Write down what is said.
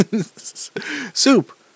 Soup